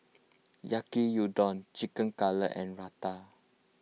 Yaki Udon Chicken Cutlet and Raita